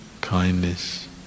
kindness